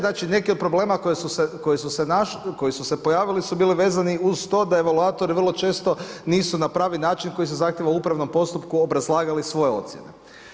Znači neki od problema koji su se pojavili su bili vezani uz to da evaluatori vrlo često nisu na pravi način koji se zahtijeva u upravnom postupku obrazlagali svoje ocjene.